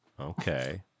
Okay